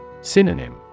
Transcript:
Synonym